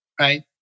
right